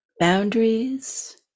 Boundaries